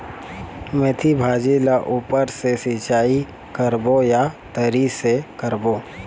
मेंथी भाजी ला ऊपर से सिचाई करबो या तरी से करबो?